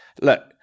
look